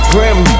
Grim